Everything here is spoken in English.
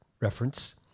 reference